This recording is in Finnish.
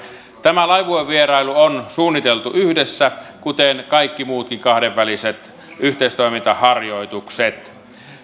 tämä laivuevierailu on suunniteltu yhdessä kuten kaikki muutkin kahdenväliset yhteistoimintaharjoitukset